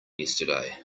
yesterday